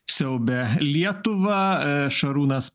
siaubia lietuvą šarūnas